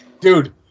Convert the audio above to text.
Dude